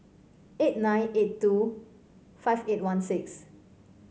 eight nine eight two five eight one six